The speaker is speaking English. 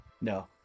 no